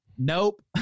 nope